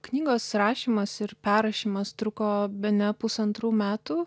knygos rašymas ir perrašymas truko bene pusantrų metų